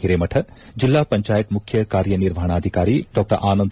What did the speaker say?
ಹಿರೇಮಠ ಜಿಲ್ಲಾಪಂಚಾಯತ್ ಮುಖ್ಯ ಕಾರ್ಯನಿರ್ವಹಣಾಧಿಕಾರಿ ಡಾ ಆನಂದ